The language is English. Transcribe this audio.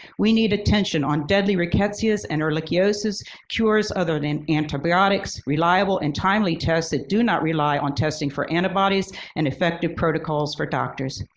we need attention on deadly rickettsias and ehrlichiosis cures other than antibiotics, reliable, and timely test that do not rely on testing for antibodies and effective protocols for doctors.